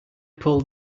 pulled